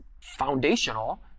foundational